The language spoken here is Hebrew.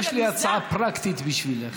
איילת, יש לי הצעה פרקטית בשבילך.